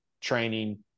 training